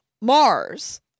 Mars